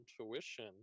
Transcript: intuition